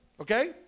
okay